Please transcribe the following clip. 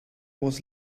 was